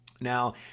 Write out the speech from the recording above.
Now